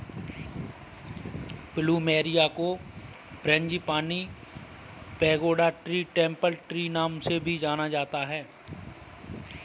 plumeria को frangipani, pagoda tree, temple tree नाम से भी जाना जाता है